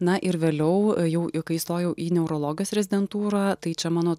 na ir vėliau jau i kai įstojau į neurologijos rezidentūrą tai čia mano